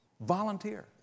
volunteer